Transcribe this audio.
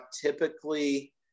typically